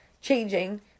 changing